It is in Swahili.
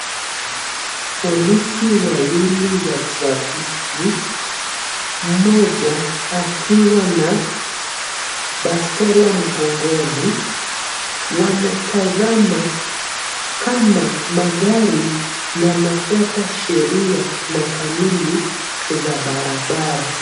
Polisi wawili wa trafiki, mmoja akiwa na bastola mgongoni, wanatazama kama magari yanafuata sheria na kanunu za barabara.